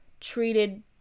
treated